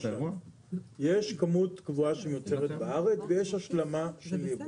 יש כמות גבוהה שנוצרת בארץ ויש השלמה של ייבוא.